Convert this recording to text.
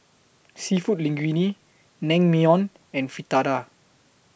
Seafood Linguine Naengmyeon and Fritada